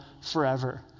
forever